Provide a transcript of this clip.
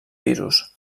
pisos